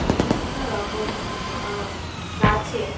বিভিন্ন রকম গাছে